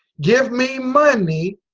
give me mon-ey.